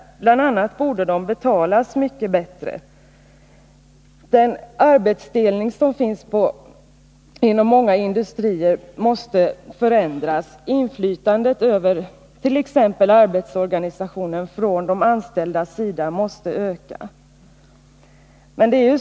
Bl.a. borde arbetena betalas bättre. Den arbetsdelning som finns inom många industrier måste förändras. Inflytandet över t.ex. arbetsorganisationen från de anställdas sida måste öka.